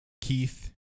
Keith